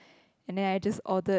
and then I just ordered